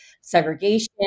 segregation